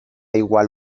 igual